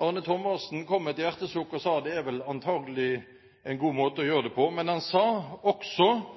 Arne Thomassen kom med et hjertesukk og sa at det antakelig er en god måte å gjøre det på. Men han sa også